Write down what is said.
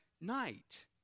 night